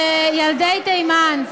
זה נושא ילדי תימן,